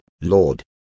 Lord